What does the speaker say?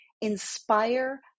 inspire